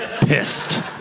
Pissed